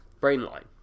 Brainline